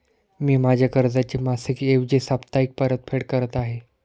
मी माझ्या कर्जाची मासिक ऐवजी साप्ताहिक परतफेड करत आहे